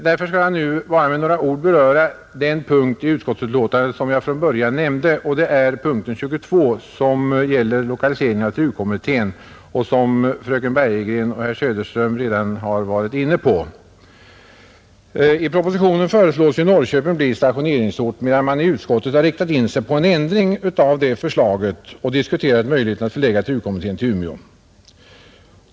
Därför skall jag nu bara med några ord beröra den punkt i utskottets betänkande som jag från början antydde, nämligen punkten 22 som gäller lokaliseringen av TRU-kommittén och som fröken Bergegren och herr Söderström redan har varit inne på. I propositionen föreslås Norrköping bli ny stationeringsort, medan man i utskottet har riktat in sig på en ändring av detta förslag och diskuterat möjligheterna att förlägga TRU-kommittén till Umeå.